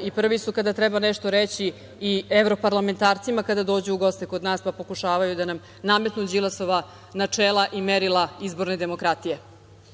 i prvi su kada treba nešto reći i evroparlamentarcima kada dođu u goste kod nas pa pokušavaju da nam nametnu Đilasova načela i merila izborne demokratije. Evropski